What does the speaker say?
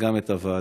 וגם את הוועדה.